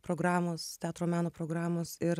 programos teatro meno programos ir